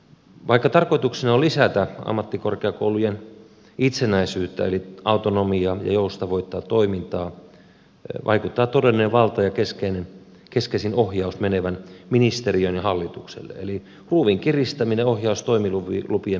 vaikka tarkoituksena on lisätä ammattikorkeakoulujen itsenäisyyttä eli autonomiaa ja joustavoittaa toimintaa vaikuttaa todellinen valta ja keskeisin ohjaus menevän ministeriöön ja hallitukselle eli ruuvia kiristetään ohjaustoimilupien myöntämisen kautta